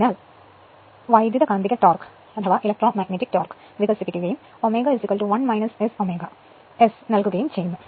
അതിനാൽ വൈദ്യുതകാന്തിക ടോർക്ക് വികസിപ്പിക്കുകയും ω 1 S ω S നൽകുകയും ചെയ്യുന്നു